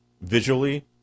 Visually